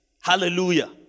Hallelujah